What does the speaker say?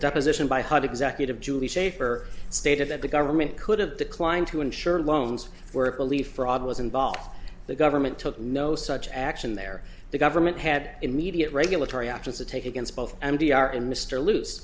deposition by hud executive julie schaefer stated that the government could have declined to ensure loans were belief fraud was involved the government took no such action there the government had immediate regulatory action to take against both m t r and mr l